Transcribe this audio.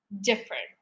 different